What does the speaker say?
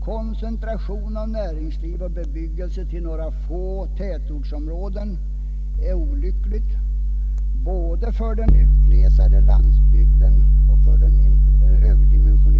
Koncentration av näringsliv och bebyggelse till några få tätortsområden är olyckligt både för den utglesade landsbygden och för den överdimensionerade storstaden.